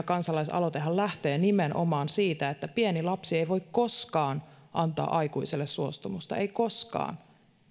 kansalaisaloitehan lähtee nimenomaan siitä että pieni lapsi ei voi koskaan antaa aikuiselle suostumusta ei koskaan